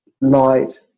light